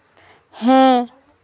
হ্যাঁ